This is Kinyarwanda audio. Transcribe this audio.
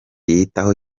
yitaho